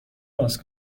باز